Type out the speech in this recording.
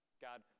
God